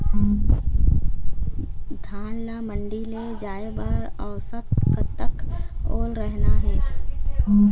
धान ला मंडी ले जाय बर औसत कतक ओल रहना हे?